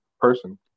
person